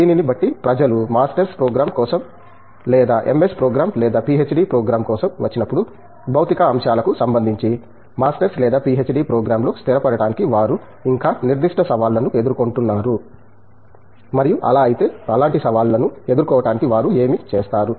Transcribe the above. దీనిని బట్టి ప్రజలు మాస్టర్స్ ప్రోగ్రామ్ కోసం లేదా ఎంఎస్ ప్రోగ్రామ్ లేదా పిహెచ్డి ప్రోగ్రామ్ కోసం వచ్చినప్పుడు భౌతిక అంశాలకు సంబంధించి మాస్టర్స్ లేదా పిహెచ్డి ప్రోగ్రామ్లో స్థిరపడటానికి వారు ఇంకా నిర్దిష్ట సవాళ్లను ఎదుర్కొంటున్నారా మరియు అలా అయితే అలాంటి సవాళ్లను ఎదుర్కోవటానికి వారు ఏమి చేస్తారు